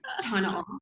tunnel